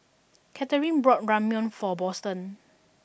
Katherin bought Ramyeon for Boston